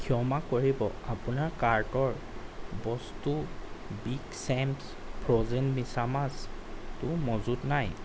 ক্ষমা কৰিব আপোনাৰ কাৰ্টৰ বস্তু বিগ ছেমছ্ ফ্ৰ'জেন মিছামাছটো মজুত নাই